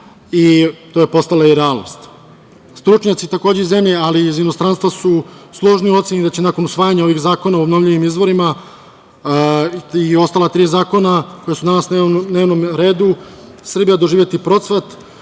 i to je postala i realnost. Stručnjaci takođe iz zemlje, ali i iz inostranstva su složni u oceni da će nakon usvajanja ovih Zakona o obnovljivim izvorima i ostala tri zakona koja su danas na dnevnom redu Srbija doživeti procvat.